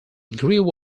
grew